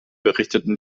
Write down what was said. berichteten